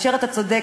אשר, אתה צודק.